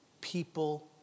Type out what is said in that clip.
people